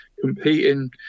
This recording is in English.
competing